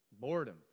boredom